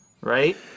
right